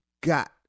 got